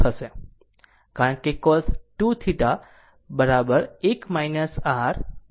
કારણ કે cos 2θ બરાબર 1 r 2 sin2θ છે